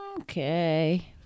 Okay